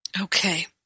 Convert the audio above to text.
Okay